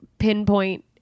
pinpoint